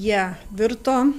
jie virto